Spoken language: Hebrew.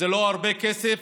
זה לא הרבה כסף,